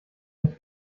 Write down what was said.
nicht